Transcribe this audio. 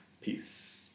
Peace